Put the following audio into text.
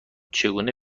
چگونه